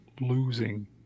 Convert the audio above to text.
losing